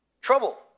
trouble